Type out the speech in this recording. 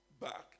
back